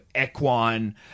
equine